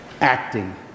Acting